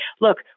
look